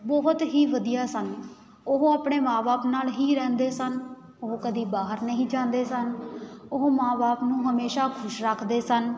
ਬਹੁਤ ਹੀ ਵਧੀਆ ਸਨ ਉਹ ਆਪਣੇ ਮਾਂ ਬਾਪ ਨਾਲ ਹੀ ਰਹਿੰਦੇ ਸਨ ਉਹ ਕਦੀ ਬਾਹਰ ਨਹੀਂ ਜਾਂਦੇ ਸਨ ਉਹ ਮਾਂ ਬਾਪ ਨੂੰ ਹਮੇਸ਼ਾ ਰੱਖਦੇ ਸਨ